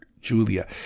Julia